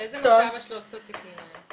באיזה מצב ה-13 תיקים האלה?